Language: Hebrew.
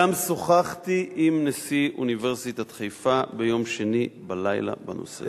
וגם שוחחתי עם נשיא אוניברסיטת חיפה ביום שני בלילה בנושא הזה.